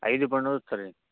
ಐದು ಬಂಡಲೂ ತನ್ನಿ